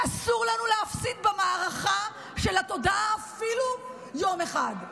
ואסור לנו להפסיד במערכה של התודעה אפילו יום אחד.